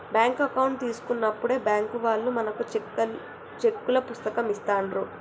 bank account తీసుకున్నప్పుడే bank వాళ్ళు మనకు చెక్కుల పుస్తకం ఇస్తాండ్రు